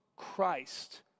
Christ